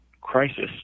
crisis